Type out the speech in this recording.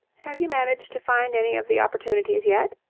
have you managed to find any of the opportunities yet?